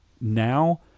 now